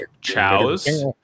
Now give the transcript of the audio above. chows